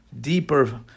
deeper